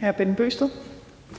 Kl. 16:20 Fjerde